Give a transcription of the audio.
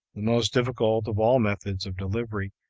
the most difficult of all methods of delivery,